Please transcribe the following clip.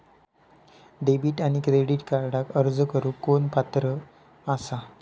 Debit आणि credit कार्डक अर्ज करुक कोण पात्र आसा?